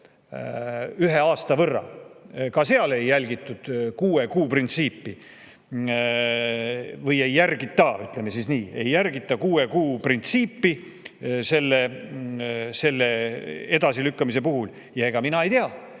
ühe aasta võrra. Ka seal ei järgitud kuue kuu printsiipi – või ei järgita, ütleme siis nii. Ei järgita kuue kuu printsiipi selle edasilükkamise puhul! Ja ega mina ei tea,